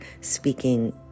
speaking